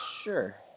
Sure